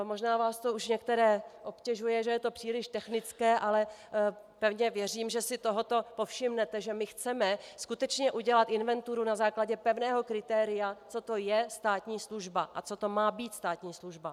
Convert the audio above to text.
Možná vás to už některé obtěžuje, že je to příliš technické, ale pevně věřím, že si tohoto povšimnete, že my chceme skutečně udělat inventuru na základě pevného kritéria, co to je státní služba a co to má být státní služba.